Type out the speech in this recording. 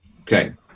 Okay